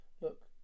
Look